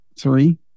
three